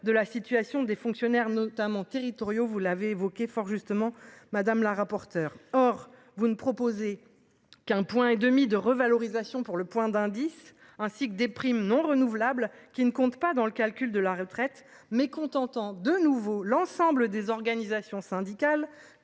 de la situation des fonctionnaires notamment territoriaux, vous l'avez évoqué fort justement Madame la rapporteure, or vous ne proposez qu'un point et demi de revalorisation pour le point d'indice, ainsi que des primes non renouvelable, qui ne compte pas dans le calcul de la retraite. Mécontent de nouveau l'ensemble des organisations syndicales